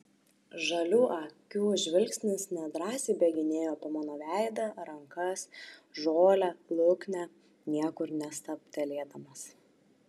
žalių akių žvilgsnis nedrąsiai bėginėjo po mano veidą rankas žolę luknę niekur nestabtelėdamas